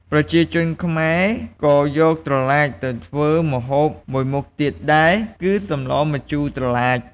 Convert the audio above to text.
ប្រជាជនខ្មែរក៏យកត្រឡាចទៅធ្វើម្ហូបមួយមុខទៀតដែរ គឺសម្លម្ជូរត្រឡាច។